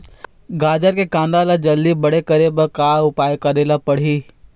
गाजर के कांदा ला जल्दी बड़े करे बर का उपाय करेला पढ़िही?